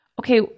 okay